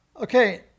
okay